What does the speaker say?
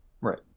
Right